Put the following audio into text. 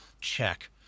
check